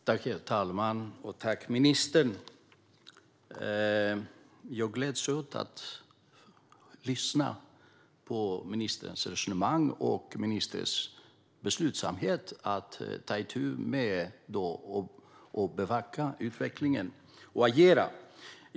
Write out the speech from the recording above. Herr talman! Tack, ministern! Jag gläds åt att lyssna på ministerns resonemang och ministerns beslutsamhet att ta itu med att bevaka utvecklingen och agera.